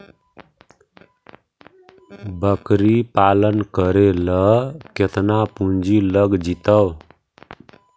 बकरी पालन करे ल केतना पुंजी लग जितै?